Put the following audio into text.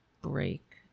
break